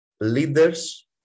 leaders